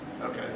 Okay